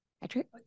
Patrick